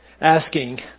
asking